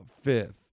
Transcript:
fifth